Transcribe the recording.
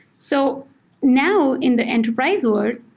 so now, in the enterprise world,